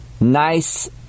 nice